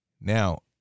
now